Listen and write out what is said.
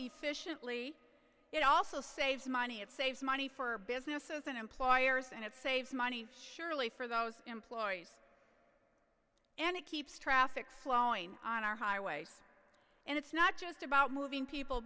efficiently it also saves money it saves money for businesses and employers and it saves money surely for those employees and it keeps traffic flowing on our highways and it's not just about moving people